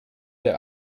der